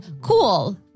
cool